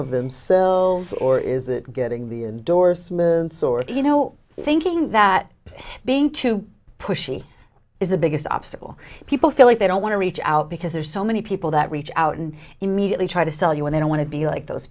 of themselves or is it getting the endorsements or you know thinking that being too pushy is the biggest obstacle people feel like they don't want to reach out because there are so many people that reach out and immediately try to sell you when they don't want to be like those